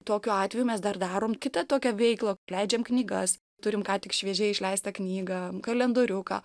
tokiu atveju mes dar darom kitą tokią veiklą leidžiam knygas turim ką tik šviežiai išleistą knygą kalendoriuką